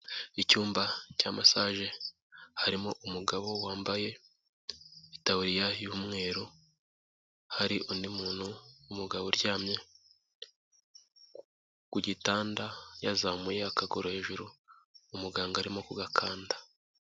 Icyumba cya masaje, harimo umugabo wambaye itaburiya y'umweru, hari undi muntu w'umugabo uryamye ku gitanda, yazamuye akaguru hejuru, umuganga arimo kugakanda.